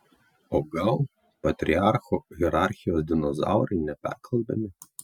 o gal patriarcho hierarchijos dinozaurai neperkalbami